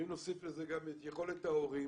ואם נוסיף לזה גם את יכולת ההורים,